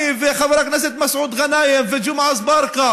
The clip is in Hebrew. אני וחבר הכנסת מסעוד גנאים וג'מעה אזברגה